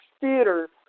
theater